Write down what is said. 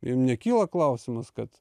jum nekyla klausimas kad